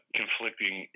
conflicting